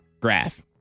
Graph